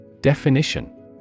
Definition